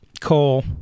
coal